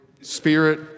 spirit